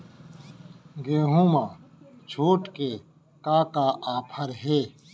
गेहूँ मा छूट के का का ऑफ़र हे?